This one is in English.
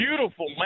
beautiful